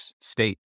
state